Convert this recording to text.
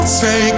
say